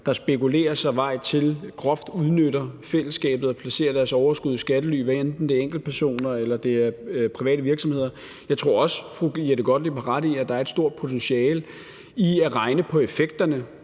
der spekulerer sig vej til groft at udnytte fællesskabet og placerer deres overskud i skattely, hvad enten det er enkeltpersoner eller det er private virksomheder. Jeg tror også, fru Jette Gottlieb har ret i, at der er et stort potentiale i at regne på effekterne